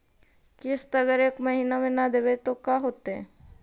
किस्त अगर एक महीना न देबै त का होतै?